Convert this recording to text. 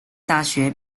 大学